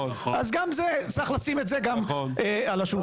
אז גם זה צריך לשים על השולחן.